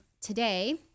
today